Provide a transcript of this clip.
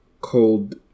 cold